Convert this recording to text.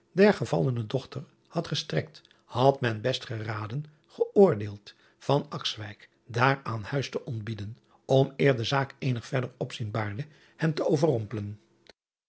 der gevallene dochter had gestrekt had men best geraden geoordeeld daar aan huis te ontbieden om eer de zaak eenig verder opzien baarde hem te overrompelen